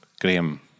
Graham